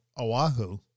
Oahu